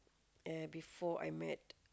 uh before I met